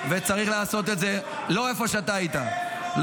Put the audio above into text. וצריך לעשות את זה --- איפה הייתם שנה שלמה?